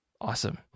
Awesome